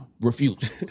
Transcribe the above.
refuse